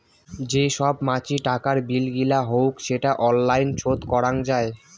যে সব মাছিক টাকার বিল গিলা হউক সেটা অনলাইন শোধ করাং যাই